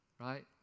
right